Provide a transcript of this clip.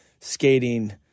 skating